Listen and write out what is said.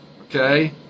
okay